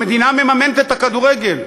המדינה מממנת את הכדורגל.